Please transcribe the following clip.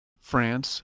France